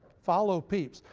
follow pepys.